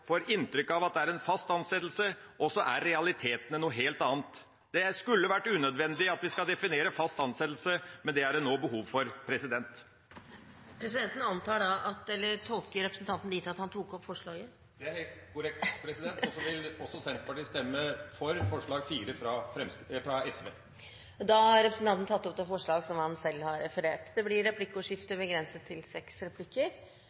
får inntrykk av at det er en fast ansettelse, og så er realitetene noe helt annet. Det skulle vært unødvendig at vi skal definere fast ansettelse, men det er det nå behov for. Presidenten tolker representanten dit hen at han tok opp forslaget? Det er helt korrekt. Senterpartiet vil også stemme for forslag nr. 4, fra Sosialistisk Venstreparti. Representanten Per Olaf Lundteigen har da tatt opp det forslaget han refererte til. Det blir replikkordskifte.